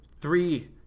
three